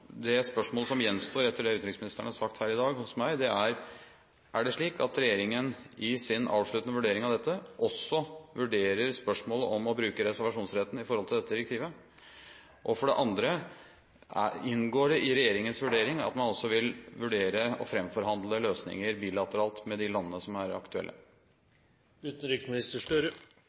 Det spørsmålet som gjenstår hos meg etter det utenriksministeren har sagt her i dag, er: Er det slik at regjeringen i sin avsluttende vurdering av dette også vurderer spørsmålet om å bruke reservasjonsretten i forhold til dette direktivet? For det andre: Inngår det i regjeringens vurdering at man også vil vurdere å framforhandle løsninger bilateralt med de landene som er aktuelle?